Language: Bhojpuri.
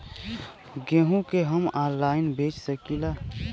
गेहूँ के हम ऑनलाइन बेंच सकी ला?